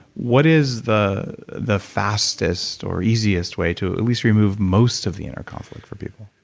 what is the the fastest or easiest way to at least remove most of the inner conflict for people?